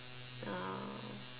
now